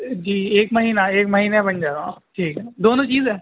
جی ایک مہینہ ایک مہیینہ بن جانا ٹھیک ہے دونوں چیز ہے